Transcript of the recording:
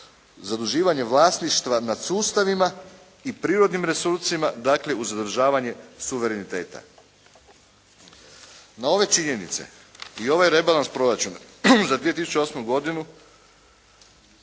zaduživanje vlasništva nad sustavima i prirodnim resursima. Dakle, uz zadržavanje suvereniteta. Na ove činjenice i ovaj rebalans proračuna za 2008. godinu